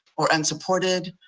or unsupported,